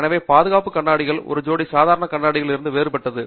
எனவே பாதுகாப்பு கண்ணாடிகள் ஒரு ஜோடி சாதாரண கண்ணாடிகள் இருந்து வேறுபட்டது